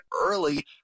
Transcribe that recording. early